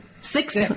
Six